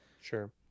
Sure